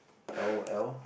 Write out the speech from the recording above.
l_o_l